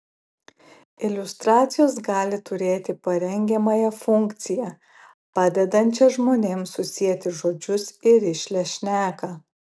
iliustracijos gali turėti parengiamąją funkciją padedančią žmonėms susieti žodžius į rišlią šneką